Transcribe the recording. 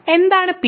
എന്താണ് Pk